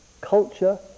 culture